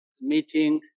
meeting